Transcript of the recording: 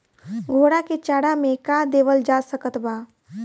घोड़ा के चारा मे का देवल जा सकत बा?